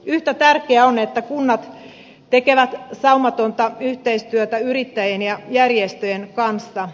yhtä tärkeää on että kunnat tekevät saumatonta yhteistyötä yrittäjien ja järjestöjen kanssa